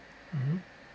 mmhmm